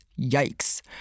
Yikes